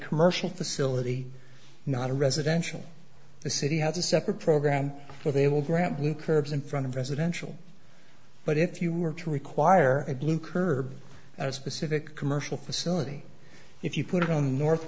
commercial facility not a residential the city has a separate program where they will grant new curbs in front of residential but if you were to require a blue curb at a specific commercial facility if you put it on the north